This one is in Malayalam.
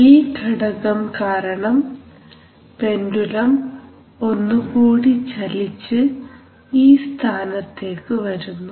ഈ ഘടകം കാരണം പെൻഡുലം ഒന്നുകൂടി ചലിച്ചു ഈ സ്ഥാനത്തേക്ക് വരുന്നു